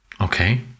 okay